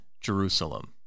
Jerusalem